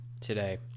today